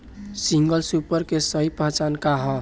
Single super के सही पहचान का हई?